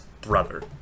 brother